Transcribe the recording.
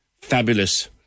fabulous